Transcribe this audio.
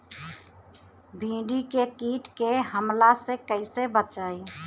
भींडी के कीट के हमला से कइसे बचाई?